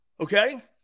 Okay